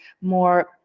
more